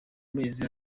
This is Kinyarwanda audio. mezi